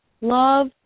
Love